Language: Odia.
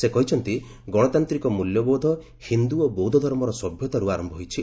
ସେ କହିଛନ୍ତି ଗଣତାନ୍ତ୍ରିକ ମୂଲ୍ୟବୋଧ ହିନ୍ଦୁ ଓ ବୌଦ୍ଧ ଧର୍ମର ସଭ୍ୟତାରୁ ଆରମ୍ଭ ହୋଇଛି